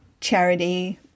charity